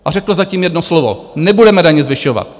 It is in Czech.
A řekl zatím jedno slovo nebudeme daně zvyšovat.